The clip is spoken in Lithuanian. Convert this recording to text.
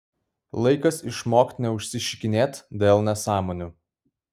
laikas išmokt neužsišikinėt dėl nesąmonių